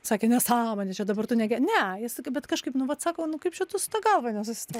sakė nesąmonė čia dabar tu negi ne jis sa bet kažkaip nu vat sako nu kaip čia tu su ta galva nesusitvar